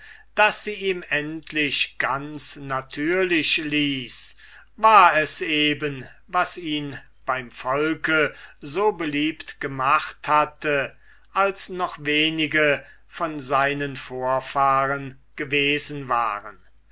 daß sie ihm endlich ganz natürlich ließ war es eben was ihn beim volke so beliebt gemacht hatte als noch wenige von seinen vorfahren gewesen waren